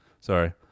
sorry